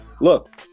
look